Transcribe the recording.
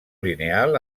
lineal